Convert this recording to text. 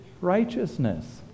righteousness